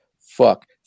fuck